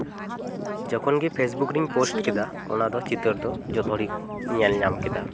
ᱡᱚᱠᱷᱚᱱ ᱜᱮ ᱯᱷᱮᱥᱵᱩᱠ ᱨᱮᱧ ᱯᱳᱥᱴ ᱠᱮᱫᱟ ᱚᱱᱟ ᱫᱚ ᱪᱤᱛᱟᱹᱨ ᱫᱚ ᱡᱚᱛᱚ ᱦᱚᱲ ᱜᱮᱠᱚ ᱧᱮᱞ ᱧᱟᱢ ᱠᱮᱫᱟ